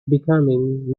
becoming